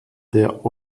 der